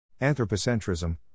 Anthropocentrism